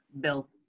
Bill